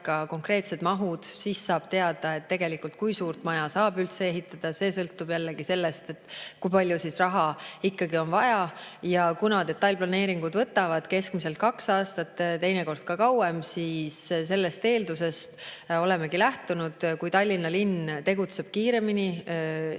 konkreetsed mahud, siis saab teada, kui suurt maja saab üldse ehitada. Sellest sõltub jällegi see, kui palju raha ikkagi on vaja. Kuna detailplaneeringud võtavad keskmiselt kaks aastat, teinekord ka kauem, siis sellest eeldusest olemegi lähtunud. Kui Tallinna linn tegutseb kiiremini